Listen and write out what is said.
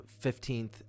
15th